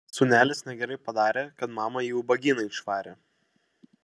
sūnelis negerai padarė kad mamą į ubagyną išvarė